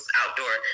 outdoor